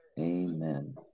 amen